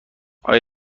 آیا